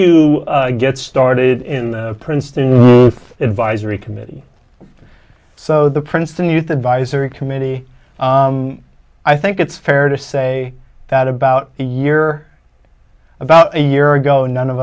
you get started in the princeton advisory committee so the princeton youth advisory committee i think it's fair to say that about a year about a year ago none of